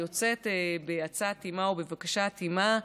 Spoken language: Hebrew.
בעצת אימה ולבקשת אימה,